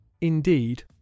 indeed